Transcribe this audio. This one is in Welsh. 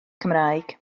cymraeg